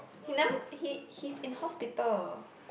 he never he he's in hospital